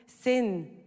sin